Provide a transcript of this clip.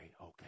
okay